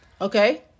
Okay